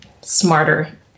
smarter